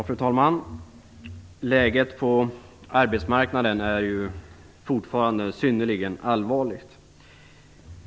Fru talman! Läget på arbetsmarknaden är ju fortfarande synnerligen allvarligt.